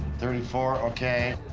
thirty four, ok.